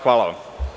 Hvala vam.